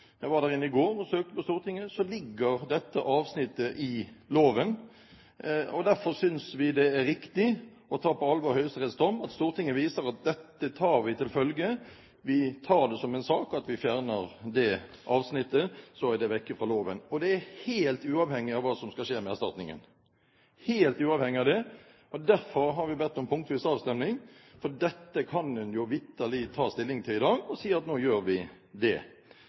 jeg var der inne i går og søkte på Stortinget – ser en at dette avsnittet ligger der. Derfor synes vi det er riktig å ta Høyesteretts dom på alvor, at Stortinget viser at dette tar vi til følge. Vi tar det som en sak, vi fjerner dette avsnittet, så er det ute av loven – helt uavhengig av hva som skal skje med erstatningen. Derfor har vi bedt om punktvis avstemning. Dette kan en vitterlig ta stilling til i dag og si at nå gjør vi det.